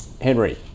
Henry